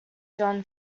john